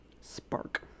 spark